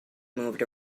moved